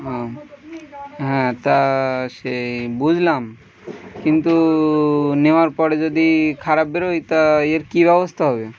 হ্যাঁ তা সে বুঝলাম কিন্তু নেওয়ার পরে যদি খারাপ বেরোই তা এর কী ব্যবস্থা হবে